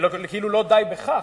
וכאילו לא די בכך,